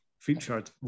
featured